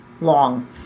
long